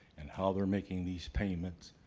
and how they're making these payments,